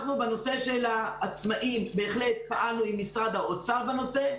בנושא של העצמאים בהחלט פעלנו עם משרד האוצר בנושא.